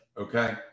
okay